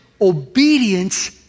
obedience